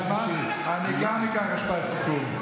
הם יצרו את החורבן,